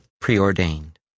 preordained